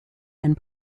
and